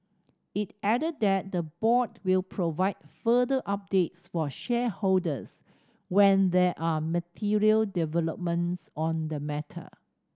it added that the board will provide further updates for shareholders when there are material developments on the matter